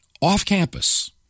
Off-campus